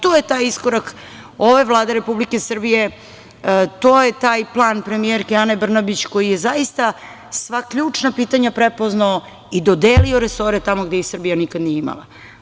To je taj iskorak ove Vlade Republike Srbije, to je taj plan premijerke Ane Brnabić koji je zaista sva ključna pitanja prepoznao i dodelio resore tamo gde ih Srbija nikad nije imala.